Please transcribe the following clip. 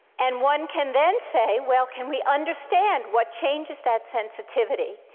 and one can then say, well, can we understand what changes that sensitivity?